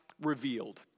revealed